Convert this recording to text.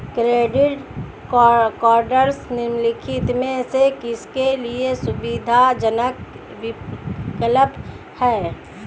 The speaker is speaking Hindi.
क्रेडिट कार्डस निम्नलिखित में से किसके लिए सुविधाजनक विकल्प हैं?